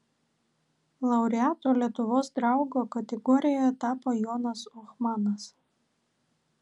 laureatu lietuvos draugo kategorijoje tapo jonas ohmanas